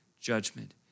judgment